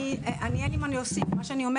באמצעות רט"ג, אמון על